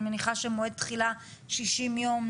מועד תחילה 60 יום,